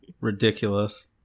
ridiculous